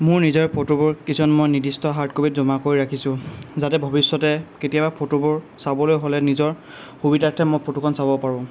মোৰ নিজৰ ফটোবোৰ কিছুমান মই নিৰ্দিষ্ট হাৰ্ডকপীত জমা কৰি ৰাখিছোঁ যাতে ভৱিষ্যতে কেতিয়াবা ফটোবোৰ চাবলে হ'লে নিজৰ সুবিধাৰ্থে মই ফটোখন চাব পাৰোঁ